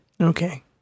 Okay